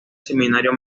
seminario